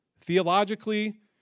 theologically